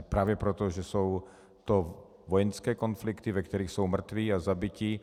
Právě proto, že jsou to vojenské konflikty, ve kterých jsou mrtví a zabití.